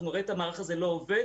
אנחנו נראה את המערך הזה לא עובד.